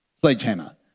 sledgehammer